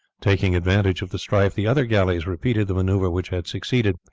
taking advantage of the strife, the other galleys repeated the maneuver which had succeeded,